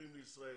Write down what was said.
צעירים לישראל?